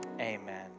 amen